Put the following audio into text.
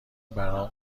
برام